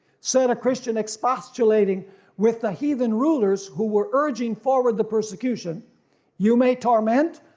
said a christian, expostulating with the heathen rulers who were urging forward the persecution you may torment,